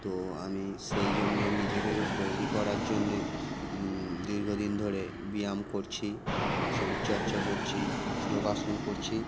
তো আমি সেই জন্যে নিজেকে তৈরি করার জন্যে দীর্ঘ দিন ধরে ব্যায়াম করছি শরীরচর্চা করছি যোগাসন করছি